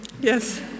Yes